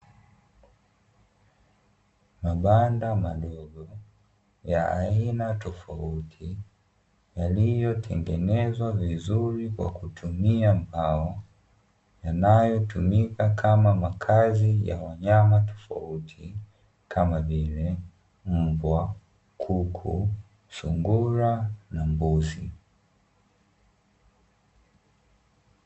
Mabanda madogo ya aina tofauti yaliyotengenezwa vizuri kwa kutumia mbao, yanayotumika kama makazi ya wanyama tofauti kama vile: mbwa, kuku, sungura na mbuzi.